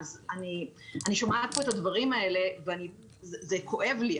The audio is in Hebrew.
אני שומעת את הדברים האלה פה וזה כואב לי.